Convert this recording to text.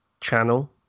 channel